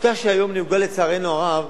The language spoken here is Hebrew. השיטה שהיום נהוגה, לצערנו הרב,